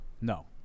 No